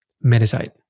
Meditate